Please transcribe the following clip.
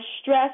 stress